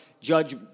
Judge